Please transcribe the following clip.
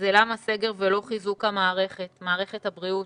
זה למה סגר ולא חיזוק המערכת, מערכת הבריאות?